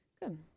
Good